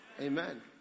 Amen